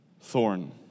Thorn